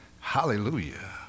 Hallelujah